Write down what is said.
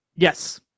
Yes